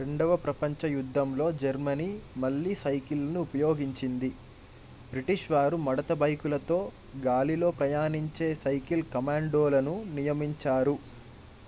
రెండవ ప్రపంచ యుద్ధంలో జర్మనీ మళ్ళీ సైకిల్ను ఉపయోగించింది బ్రిటిష్ వారు మడత బైకులతో గాలిలో ప్రయాణించే సైకిల్ కమాండోలను నియమించారు